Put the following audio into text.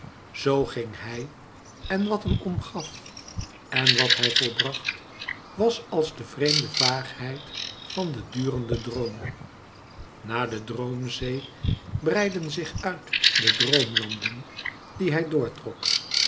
zoo ging hij en wat hem omgaf en wat hij volbracht was als de vreemde vaagheid van den durenden droom na de droomzee breidden zich uit de droomlanden die hij door trok